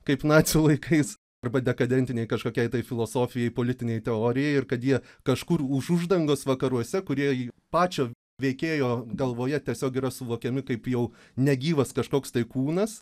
kaip nacių laikais arba dekadentinei kažkokiai tai filosofijai politinei teorijai ir kad jie kažkur už uždangos vakaruose kurie pačio veikėjo galvoje tiesiog yra suvokiami kaip jau negyvas kažkoks tai kūnas